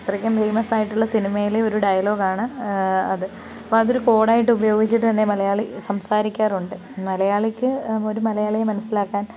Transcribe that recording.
അത്രയ്ക്കും ഫേയ്മസ്സായിട്ടുള്ള സിനിമയിലെ ഒരു ഡയലോഗാണ് അത് അപ്പം അതൊരു കോഡായിട്ട് ഉപയോഗിച്ചിട്ട്തന്നെ മലയാളി സംസാരിക്കാറുണ്ട് മലയാളിക്ക് ഒരു മലയാളിയെ മനസ്സിലാക്കാൻ